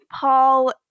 Paul